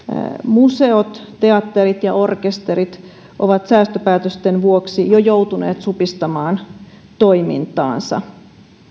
museot teatterit ja orkesterit ovat säästöpäätösten vuoksi jo joutuneet supistamaan toimintaansa